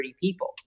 people